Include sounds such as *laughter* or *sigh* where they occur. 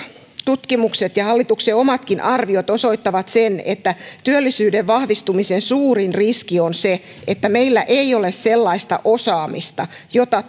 tutkimukset ja hallituksen omatkin arviot osoittavat sen että työllisyyden vahvistumisen suurin riski on se että meillä ei ole sellaista osaamista jota *unintelligible*